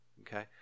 okay